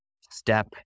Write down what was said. step